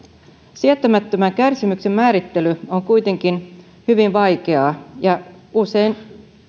sietämättömän kärsimyksen määrittely on kuitenkin hyvin vaikeaa ja usein